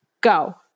Go